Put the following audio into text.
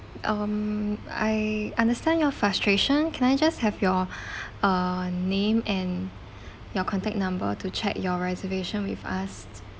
um I understand your frustration can I just have your uh name and your contact number to check your reservation with us